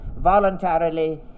voluntarily